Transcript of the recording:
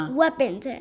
weapons